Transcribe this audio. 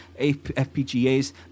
FPGAs